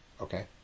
Okay